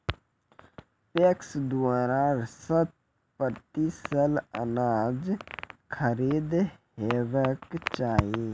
PACS द्वारा शत प्रतिसत अनाज खरीद हेवाक चाही?